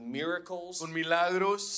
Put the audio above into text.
miracles